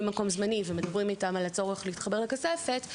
מקום זמני ומדברים איתן על הצורך להתחבר לכספת,